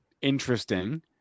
interesting